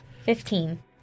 Fifteen